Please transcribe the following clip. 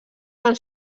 van